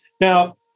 Now